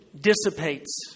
dissipates